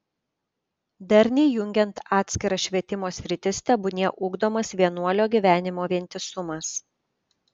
darniai jungiant atskiras švietimo sritis tebūnie ugdomas vienuolio gyvenimo vientisumas